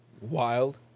Wild